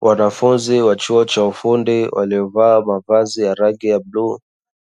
Wanafunzi wa chuo cha ufundi waliovaa mavazi ya rangi ya buluu